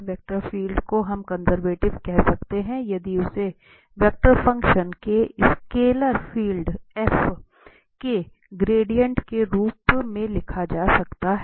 एक vector field को हम कंजर्वेटिव कह सकते है यदि उसे वेक्टर फ़ंक्शन के स्केलर फील्ड f के ग्रेडिएंट के रूप में लिखा जा सकता है